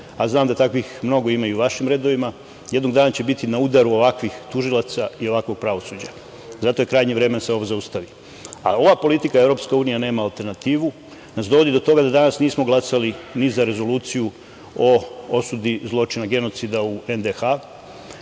a znam da takvih mnogo ima i u vašim redovima, jednog dana će biti na udaru ovakvih tužilaca i ovakvog pravosuđa. Zato je krajnje vreme da se ovo zaustavi. Ova politika – EU nema alternativu nas dovodi do toga da danas nismo glasali ni za rezoluciji o osudi zločina, genocida u NDH,